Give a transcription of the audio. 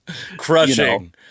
crushing